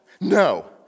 no